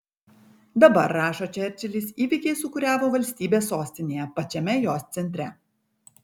dabar rašo čerčilis įvykiai sūkuriavo valstybės sostinėje pačiame jos centre